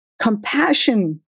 compassion